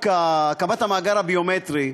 הקמת המאגר הביומטרי,